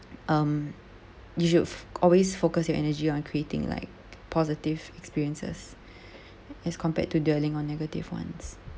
um you should always focus your energy on creating like positive experiences as compared to dwelling on negative ones